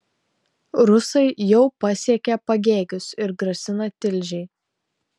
rusai jau pasiekė pagėgius ir grasina tilžei